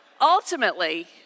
ultimately